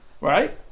right